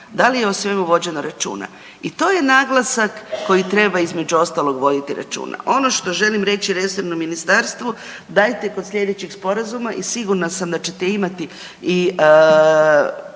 da li je o svemu vođeno računa i to je naglasak koji treba između ostalog voditi računa. Ono što želim reći resornom ministarstvu, dajte kod sljedećeg sporazuma i sigurna sam da ćete imati